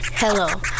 Hello